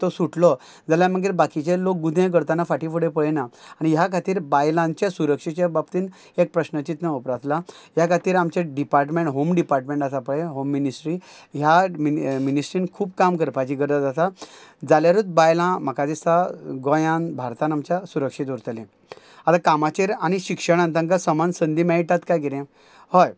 तो सुटलो जाल्या मागीर बाकीचे लोक करताना फाटीं फुडें पळयना आनी ह्या खातीर बायलांचे सुरक्षेच्या बाबतीन एक प्रस्न चित्न उप्रासला ह्या खातीर आमचें डिपार्टमँट होम डिपार्टमँट आसा पळय होम मिनिस्ट्री ह्या मिनि मिनिस्ट्रीन खूब काम करपाची गरज आसा जाल्यारूत बायलां म्हाका दिसता गोंयान भारतान आमच्या सुरक्षीत उरतलीं आतां कामाचेर आनी शिक्षणान तांकां समान संदी मेळटात काय कितें हय